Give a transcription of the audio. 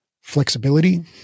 flexibility